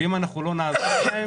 ואם אנחנו לא נעזור לה,